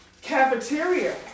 cafeteria